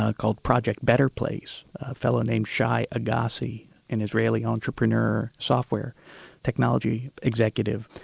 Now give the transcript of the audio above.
ah called project better place, a fellow named shai agassi an israeli entrepreneur software technology executive,